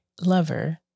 lover